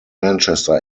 manchester